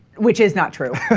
which is not true cut